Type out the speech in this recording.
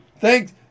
Thanks